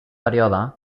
període